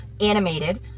animated